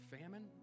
Famine